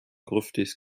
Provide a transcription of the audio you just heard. gruftis